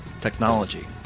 technology